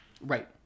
Right